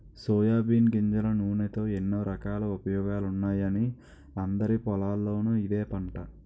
soybean గింజల నూనెతో ఎన్నో రకాల ఉపయోగాలున్నాయని అందరి పొలాల్లోనూ ఇదే పంట